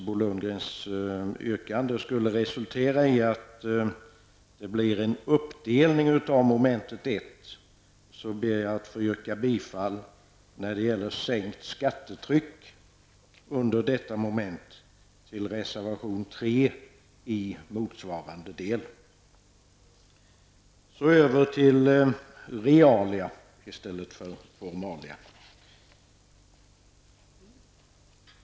Om Bo Lundgrens yrkande skulle resultera i att det blir en uppdelning av mom. 1, yrkar jag under detta moment när det gäller sänkt skattetryck bifall till reservation 3 i motsvarande del. Så över till realia i stället för formalia.